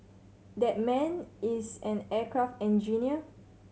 that man is an aircraft engineer